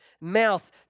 mouth